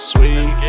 Sweet